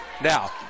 Now